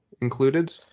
included